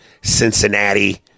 Cincinnati